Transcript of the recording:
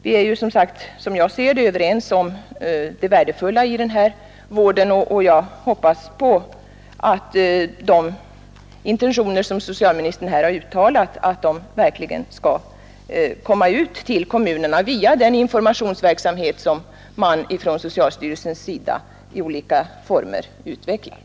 Vi är — jag upprepar det — som jag ser det överens om det värdefulla i den här vården, och jag hoppas att de intentioner som socialministern givit uttryck åt verkligen skall komma ut till kommunerna via den informationsverksamhet som socialstyrelsen i olika former bedriver.